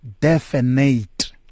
definite